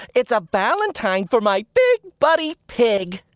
it's a valentine for my big buddy pig.